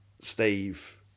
Steve